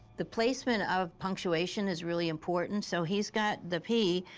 the placement of punctuation is really important. so he's got the p,